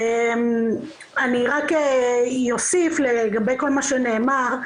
אני רק אוסיף לגבי כל מה שנאמר,